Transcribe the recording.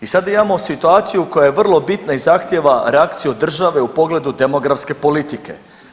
I sada imamo situaciju koja je vrlo bitna i zahtjeva reakciju od države u pogledu demografske politike.